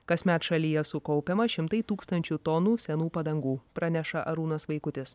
kasmet šalyje sukaupiama šimtai tūkstančių tonų senų padangų praneša arūnas vaikutis